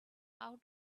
how